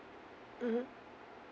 mmhmm